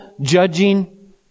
judging